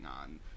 on